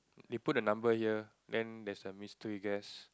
they put a number here then there's a mystery guess